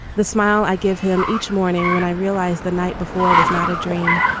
the smile i give him. each morning when i realized the night before was not a dream